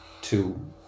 two